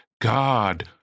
God